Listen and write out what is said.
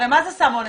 הרי מה זה סם אונס?